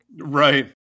Right